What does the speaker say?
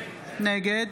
נגד